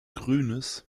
grünes